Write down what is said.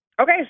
Okay